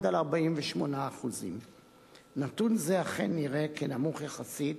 על 48%. נתון זה אכן נראה נמוך יחסית